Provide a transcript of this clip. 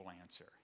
answer